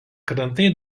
krantai